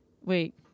Wait